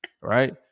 right